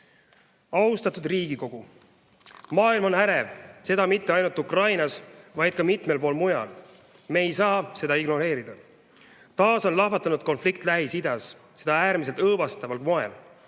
Austatud Riigikogu! Maailm on ärev, seda mitte ainult Ukrainas, vaid ka mitmel pool mujal. Me ei saa seda ignoreerida. Taas on lahvatanud konflikt Lähis-Idas, seda äärmiselt õõvastaval moel.